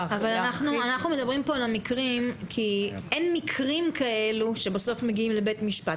להרחיב זה --- אין מקרים כאלו שמגיעים בסוף לבית משפט.